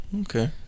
okay